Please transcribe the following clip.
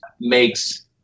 makes